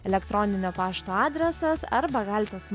elektroninio pašto adresas arba galite su